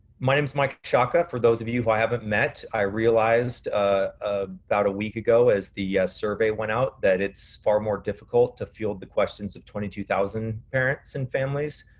my name is mike sciacca for those of you who i haven't met. i realized ah about a week ago as the survey went out, that it's far more difficult to field the questions of twenty two thousand parents and families,